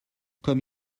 comme